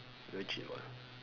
legit [what]